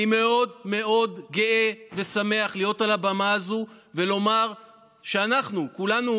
אני מאוד מאוד גאה ושמח להיות על הבמה הזאת ולומר שאנחנו כולנו,